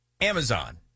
Amazon